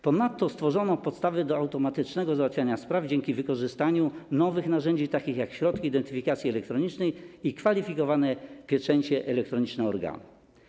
Ponadto stworzono podstawy do automatycznego załatwiania spraw dzięki wykorzystaniu nowych narzędzi tj. środki identyfikacji elektronicznej i kwalifikowane pieczęcie elektroniczne organów.